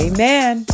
Amen